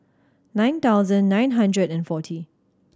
nine thousand nine hundred and forty